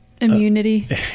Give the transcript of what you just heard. immunity